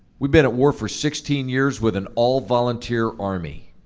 we've been at war for sixteen years with and all-volunteer army.